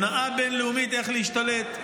הונאה בין-לאומית איך להשתלט.